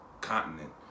continent